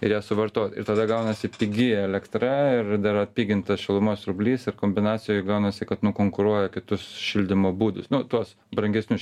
ir ją suvartoja ir tada gaunasi pigi elektra ir dar atpigintas šilumos siurblys ir kombinacijoj gaunasi kad nukonkuruoja kitus šildymo būdus nu tuos brangesnius